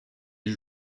les